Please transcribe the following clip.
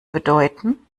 bedeuten